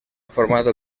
formato